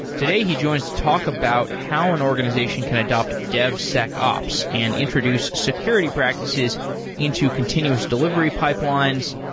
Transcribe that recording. today, he joins to talk about how an organization can adopt devsecops and introduce security practices into continuous delivery pipelines.